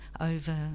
over